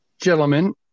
Gentlemen